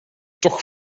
toch